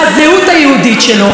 לבין הארץ הזאת.